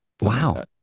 Wow